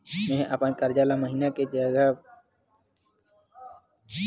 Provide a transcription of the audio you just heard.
मेंहा अपन कर्जा ला महीना के जगह हप्ता मा पटात हव